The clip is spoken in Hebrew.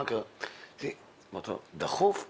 שאלתי אותו אם זה דחוף.